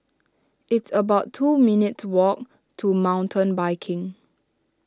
it's about two minutes' walk to Mountain Biking